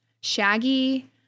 shaggy